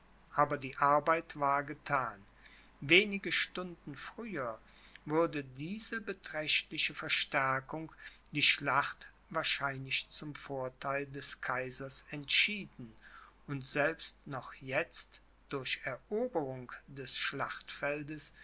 aber die arbeit war gethan wenige stunden früher würde diese beträchtliche verstärkung die schlacht wahrscheinlich zum vortheil des kaisers entschieden und selbst noch jetzt durch eroberung des schlachtfeldes